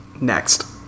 Next